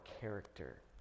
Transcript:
character